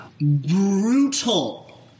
brutal